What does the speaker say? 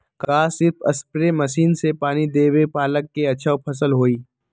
का सिर्फ spray machine से पानी देके पालक के अच्छा फसल होई?